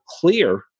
clear